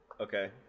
Okay